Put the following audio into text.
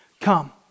Come